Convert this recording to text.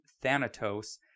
Thanatos